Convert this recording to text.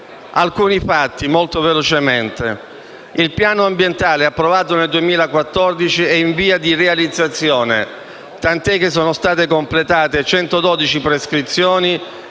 alcuni fatti. Il piano ambientale approvato nel 2014 è in via di realizzazione, tant'è che sono state completate 112 prescrizioni